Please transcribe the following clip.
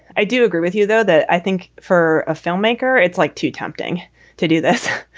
i do agree with you, though, that i think for a filmmaker, it's like too tempting to do this.